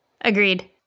Agreed